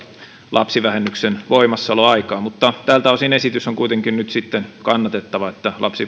lapsivähennyksen voimassaoloaikaa mutta tältä osin esitys on kuitenkin nyt sitten kannatettava että